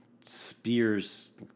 spears